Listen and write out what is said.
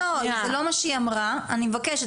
אני מבקשת,